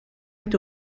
est